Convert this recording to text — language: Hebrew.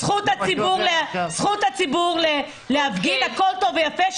אז יופי, זכות הציבור להפגין, הכול טוב ויפה.